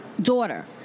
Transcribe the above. daughter